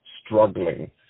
struggling